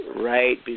right